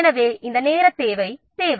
ஆனால் இந்த நேர சேவை தேவை தேவை